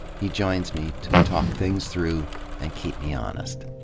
he joins me to talk things through and keep me honest.